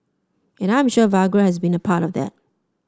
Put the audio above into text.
and I am sure Viagra has been a part of that